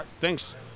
thanks